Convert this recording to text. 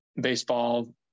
baseball